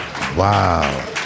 Wow